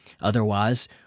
Otherwise